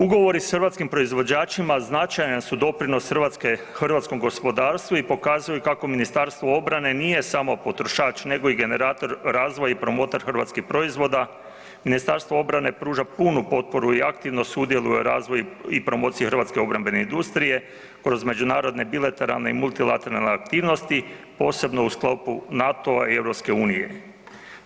Ugovori s hrvatskim proizvođačima značajan su doprinos hrvatskom gospodarstvu i pokazuju kako MORH nije samo potrošač nego i generator razvoj i promotor hrvatskih proizvoda, Ministarstvo obrane pruža punu potporu i aktivno sudjeluje u razvoju i promociji hrvatske obrambene industrije kroz međunarodne bilateralne i multilateralne aktivnosti, posebno u sklopu NATO-a i Europske unije.